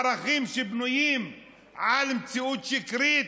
ערכים שבנויים על מציאות שקרית,